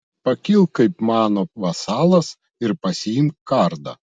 pakilk kaip mano vasalas ir pasiimk kardą